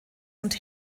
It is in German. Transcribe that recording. und